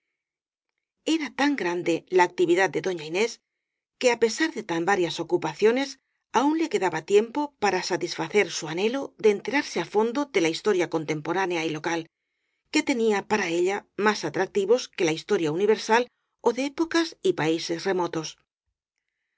era tan grande la actividad de doña inés que á pesar de tan varias ocupaciones aun le quedaba tiempo para satisfacer su anhelo de enterarse á fon do de la historia contemporánea y local que tenía para ella más atractivos que la historia universal ó de épocas y países remotos